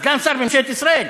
סגן שר בממשלת ישראל,